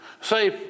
Say